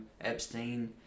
Epstein